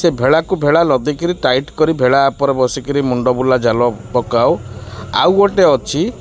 ସେ ଭେଳାକୁ ଭେଳା ଲଦିକିରି ଟାଇଟ୍ କରି ଭେଳା ଉପରେ ବସିକିରି ମୁଣ୍ଡବୁଲା ଜାଲ ପକାଉ ଆଉ ଗୋଟେ ଅଛି